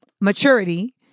maturity